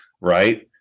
right